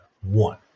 One